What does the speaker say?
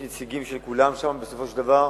יש נציגים של כולם שם, בסופו של דבר.